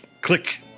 click